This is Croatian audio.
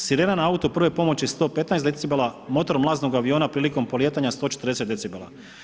Sirena na autu prve pomoći 115 decibela, motor mlaznog aviona prilikom polijetanja 140 decibela.